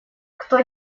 кто